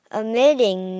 emitting